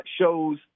shows